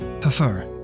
prefer